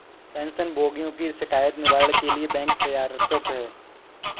pension भोगियों की शिकायत निवारण के लिए बैंक प्रयासरत है